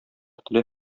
теле